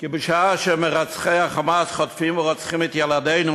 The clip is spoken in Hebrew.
כי בשעה שמרצחי ה"חמאס" חוטפים ורוצחים את ילדינו,